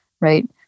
right